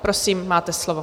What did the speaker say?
Prosím, máte slovo.